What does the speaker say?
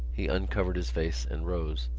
he uncovered his face and rose.